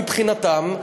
מבחינתם.